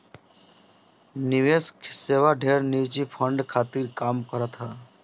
निवेश सेवा ढेर निजी फंड खातिर काम करत हअ